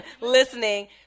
listening